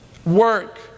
work